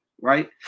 right